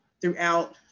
throughout